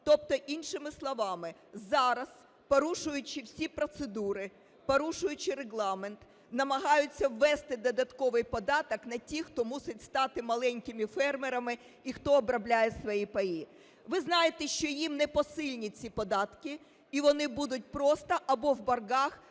Тобто іншими словами, зараз, порушуючи всі процедури, порушуючи Регламент, намагаються ввести додатковий податок на тих, хто мусить стати маленькими фермерами і хто обробляє свої паї. Ви знаєте, що їм непосильні ці податки і вони будуть просто або в боргах,